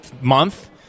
month